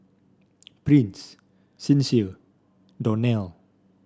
Prince Sincere Donell